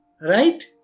Right